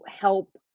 help